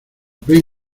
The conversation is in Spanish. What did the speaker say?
ven